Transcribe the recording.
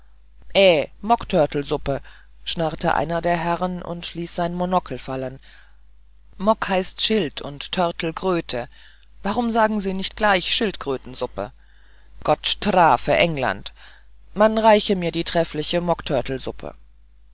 mockturtlesuppe schnarrte einer der herren und ließ sein monokel fallen mock heißt schild und turtle kröte warum sagen sie nicht gleich schildkrötensuppe gott strrrafe england man reiche mir die treffliche